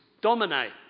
dominate